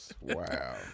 Wow